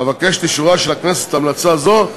אבקש את אישורה של הכנסת להמלצה זו.